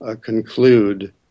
conclude